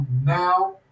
now